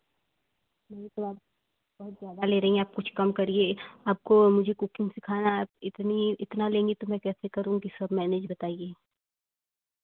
एक लाख बहुत ज्यादा ले रही हैं आप कुछ कम करिए आपको मुझे कुकिंग सिखाना इतनी इतना लेंगी तो मैं कैसे करूँगी सब मैनेज बताइए